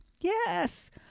Yes